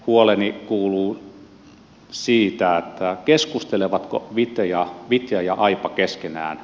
huoleni kuuluu siitä keskustelevatko vitja ja aipa keskenään